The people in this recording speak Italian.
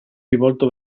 rivolto